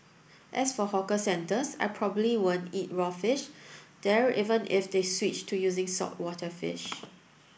as for hawker centres I probably won't eat raw fish there even if they switched to using saltwater fish